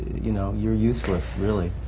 you know, you're useless, really.